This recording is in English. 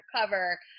cover